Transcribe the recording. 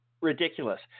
Ridiculous